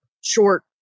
short